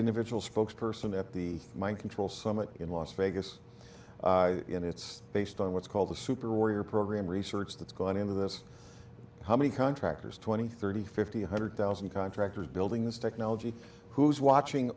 individuals folks person at the mind control summit in las vegas and it's based on what's called the super warrior program research that's gone into this how many contractors twenty thirty fifty one hundred thousand contractors building this technology who's watching